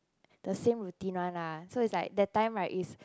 the same routine one lah so is like that time right is